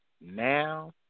now